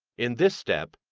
in this step,